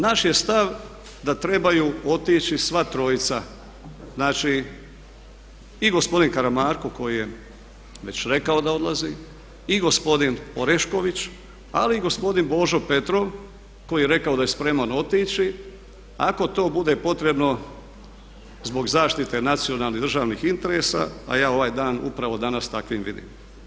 Naš je stav da trebaju otići sva trojica, znači i gospodin Karamarko koji je već rekao da odlazi, i gospodin Orešković ali i gospodin Božo Petrov koji je rekao da je spreman otići ako to bude potrebno zbog zaštite nacionalnih državnih interesa, a ja ovaj dan upravo danas takvim vidim.